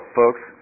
folks